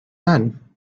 none